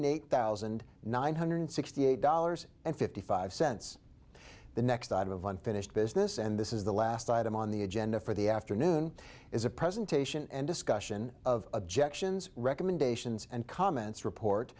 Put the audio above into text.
eight thousand nine hundred sixty eight dollars and fifty five cents the next item of unfinished business and this is the last item on the agenda for the afternoon is a presentation and discussion of objections recommendations and comments report